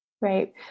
Right